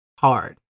hard